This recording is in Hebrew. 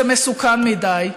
זה מסוכן מדי.